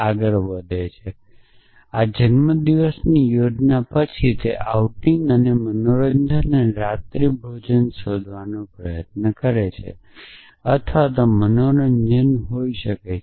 આ જન્મદિવસની યોજના છે પછી તે આઉટિંગ અને મનોરંજન અને રાત્રિભોજન શોધવાનો પ્રયાસ કરે છે અથવા આ મનોરંજન હોઈ શકે છે